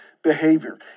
Behavior